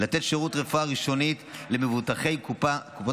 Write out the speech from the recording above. לתת שירות רפואה ראשונית למבוטחי קופות